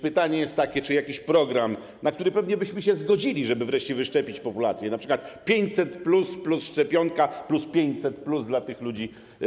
Pytanie jest takie: Czy jest jakiś program, na który pewnie byśmy się zgodzili, żeby wreszcie wyszczepić populację, np. 500+ plus szczepionka plus 500+ dla tych ludzi?